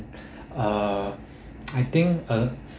uh I think uh